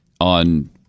on